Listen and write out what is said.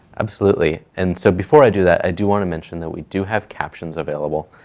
absolutely. and so before i do that, i do want to mention that we do have captions available,